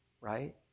right